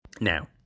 Now